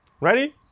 Ready